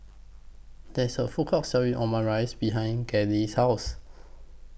There's A Food Court Selling Omurice behind Gladyce's House